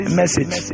message